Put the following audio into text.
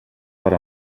per